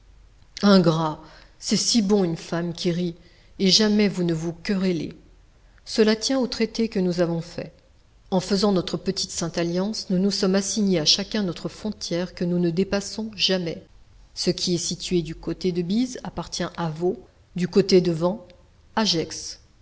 ingrat c'est si bon une femme qui rit et jamais vous ne vous querellez cela tient au traité que nous avons fait en faisant notre petite sainte-alliance nous nous sommes assigné à chacun notre frontière que nous ne dépassons jamais ce qui est situé du côté de bise appartient à vaud du côté de vent à gex